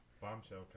Bombshell